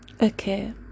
Okay